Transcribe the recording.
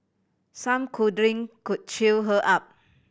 some cuddling could cheer her up